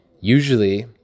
Usually